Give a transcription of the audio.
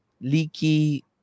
leaky